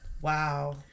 wow